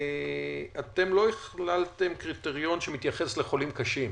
אתם לא הכללתם קריטריון שמתייחס לחולים קשים.